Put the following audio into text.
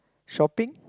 shopping